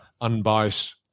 unbiased